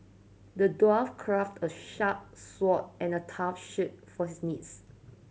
the dwarf crafted a sharp sword and a tough shield for this knights